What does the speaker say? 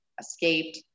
escaped